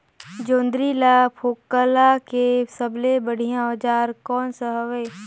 जोंदरी ला फोकला के सबले बढ़िया औजार कोन सा हवे?